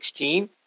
2016